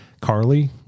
Carly